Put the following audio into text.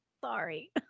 Sorry